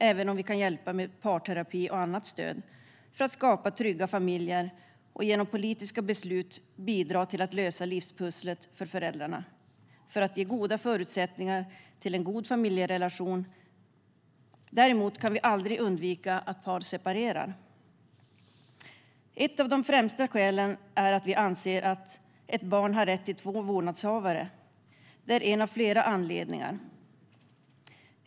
Även om vi med parterapi och annat stöd för att skapa trygga familjer kan hjälpa, och genom politiska beslut bidra till att lösa livspusslet för föräldrarna och ge goda förutsättningar för en god familjerelation, kan vi aldrig undvika att par separerar. Ett av de främsta skälen är att vi anser att ett barn har rätt till två vårdnadshavare. Det är en av flera anledningar.